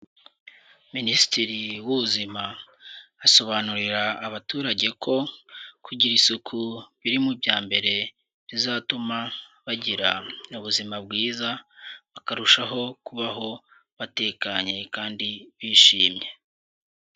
Minisitiri w'ubuzima, asobanurira abaturage ko, kugira isuku biri mu bya mbere, bizatuma, bagira ubuzima bwiza, bakarushaho kubaho, batekanye kandi bishimye.